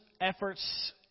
efforts